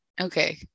okay